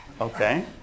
Okay